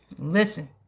Listen